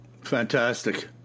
Fantastic